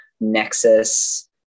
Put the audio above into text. Nexus